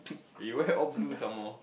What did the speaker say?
you wear all blue some more